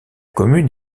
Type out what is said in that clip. commune